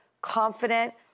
confident